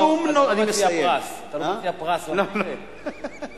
אתה לא מציע פרס, כי